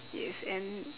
yes and